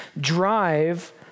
drive